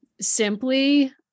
Simply